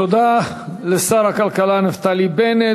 תודה לשר הכלכלה נפתלי בנט.